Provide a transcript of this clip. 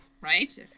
right